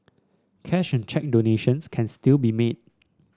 cash and cheque donations can still be made